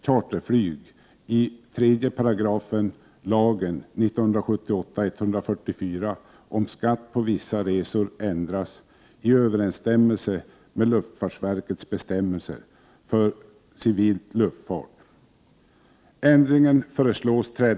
Herr talman!